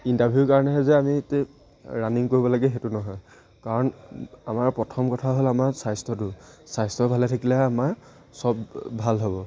interview কাৰণেহে যে আমি এইটো ৰানিং কৰিব লাগে সেইটো নহয় কাৰণ আমাৰ প্ৰথম কথা হ'ল আমাৰ স্বাস্থ্যটো স্বাস্থ্য ভালে থাকিলে আমাৰ চব ভাল হ'ব